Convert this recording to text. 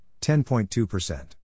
10.2%